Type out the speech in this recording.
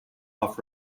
off